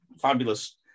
fabulous